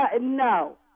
No